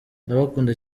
ndabakunda